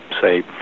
say